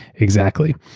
exactly.